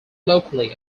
locally